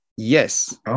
Yes